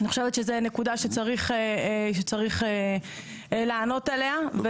אני חושבת שזו נקודה שצריך לענות עליה.